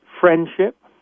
friendship